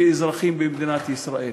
כאזרחים במדינת ישראל?